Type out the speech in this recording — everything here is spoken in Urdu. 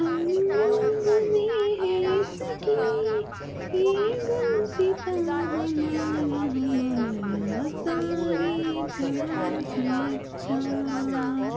ہم بلبلیں ہیں اس کی یہ گلستاں ہمارا ہمارا سارے جہاں سے اچّھا